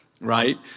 right